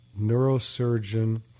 neurosurgeon